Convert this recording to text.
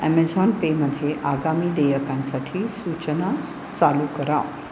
Amazon पेमध्ये आगामी देयकांसाठी सूचना चालू करा